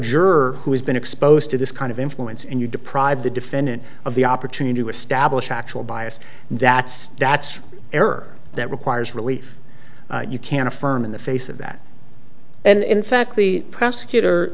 juror who has been exposed to this kind of influence and you deprive the defendant of the opportunity to establish actual bias that's that's error that requires relief you can affirm in the face of that and in fact the prosecutor